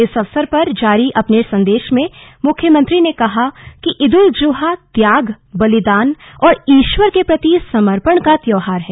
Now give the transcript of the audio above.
इस अवसर पर जारी अपने संदेश में मुख्यमंत्री ने कहा कि ईद उल जुहा त्याग बलिदान और ईश्वर के प्रति समर्पण का त्यौहार है